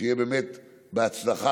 שתהיה באמת הצלחה.